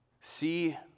see